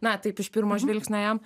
na taip iš pirmo žvilgsnio jam